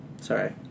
Sorry